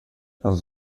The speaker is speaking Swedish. den